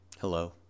hello